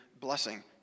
blessing